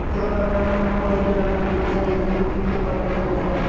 एगो बागवान में हम गइल रही ओइजा देखनी की फूल के पटवनी होत रहे